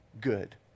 good